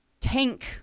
tank